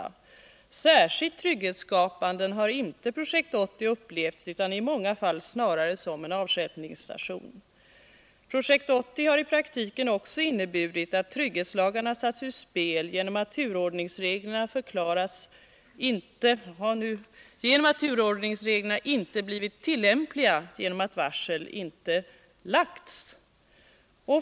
Som särskilt trygghetsskapande har inte Projekt 80 upplevts utan i många fall snarare som en avstjälpningsstation. Projekt 80 har i praktiken också inneburit att trygghetslagarna satts ur spel genom att turordningsreglerna inte blivit tillämpliga genom att varsel inte lagts.